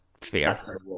fair